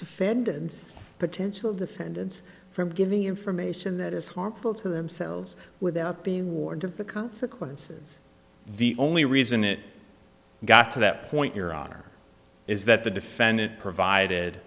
defendants potential defendants from giving information that is harmful to themselves without being warned of the consequences the only reason it got to that point your honor is that the defendant provided